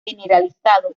generalizado